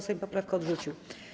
Sejm poprawkę odrzucił.